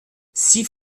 six